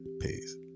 Peace